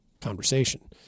conversation